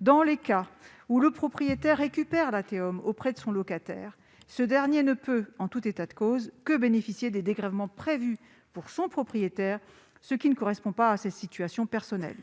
dans les cas où le propriétaire récupère la TEOM auprès de son locataire, ce dernier ne peut, en tout état de cause, que bénéficier des dégrèvements prévus pour son propriétaire, ce qui ne correspond pas à sa situation personnelle.